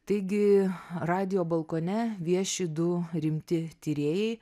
taigi radijo balkone vieši du rimti tyrėjai